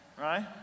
right